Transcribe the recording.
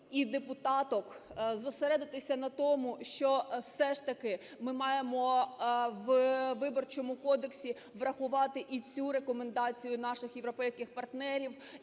і депутаток зосередитися на тому, що все ж таки ми маємо у Виборчому кодексі врахувати і цю рекомендацію наших європейських партнерів,